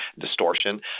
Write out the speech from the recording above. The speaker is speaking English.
distortion